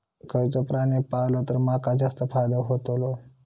खयचो प्राणी पाळलो तर माका जास्त फायदो होतोलो?